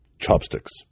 chopsticks